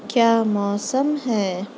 کیا موسم ہے